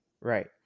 Right